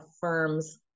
firm's